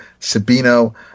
Sabino